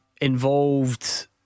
Involved